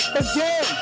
again